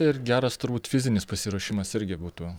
ir geras turbūt fizinis pasiruošimas irgi būtų